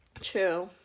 True